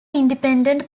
independent